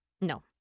No